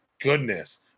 goodness